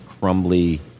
crumbly